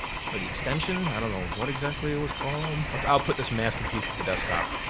or the extension? i don't know. what exactly it was called. let's output this masterpiece to the desktop.